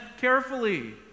carefully